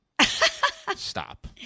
Stop